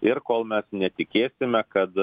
ir kol mes netikėsime kad